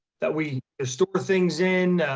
that we ah store things in,